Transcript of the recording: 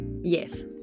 Yes